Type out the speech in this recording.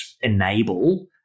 enable